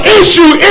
issue